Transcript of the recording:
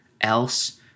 else